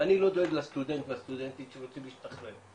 אני לא דואג לסטודנט ולסטודנטית שרוצים להשתחרר,